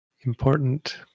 important